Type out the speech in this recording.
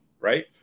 Right